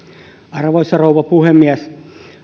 arvoisa rouva puhemies